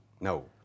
No